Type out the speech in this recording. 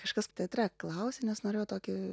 kažkas teatre klausė nes norėjo tokį